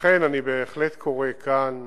לכן אני בהחלט קורא כאן